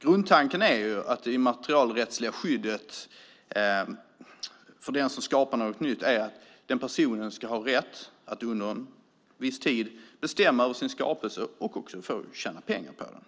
Grundtanken med det immaterialrättsliga skyddet är att den som skapar något nytt ska ha rätt att under en viss tid bestämma över sin skapelse och också tjäna pengar på den.